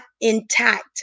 intact